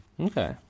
Okay